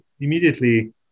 immediately